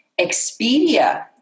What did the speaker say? Expedia